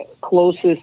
closest